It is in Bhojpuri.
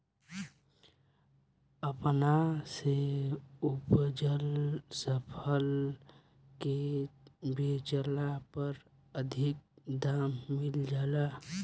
अपना से उपजल फसल के बेचला पर अधिका दाम मिल जाला